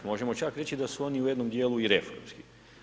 Možemo čak reći da su oni u jednom djelu i reformski.